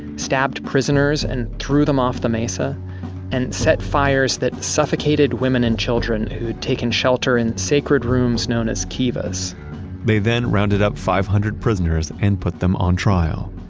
stabbed prisoners and threw them off the mesa and set fires that suffocated women and children who'd taken shelter in sacred rooms known as kivas they then rounded up five hundred prisoners and put them on trial.